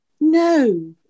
No